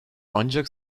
ancak